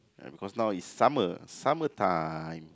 uh because now is summer summer time